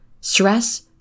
Stress